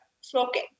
smoking